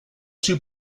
two